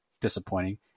disappointing